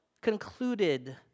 concluded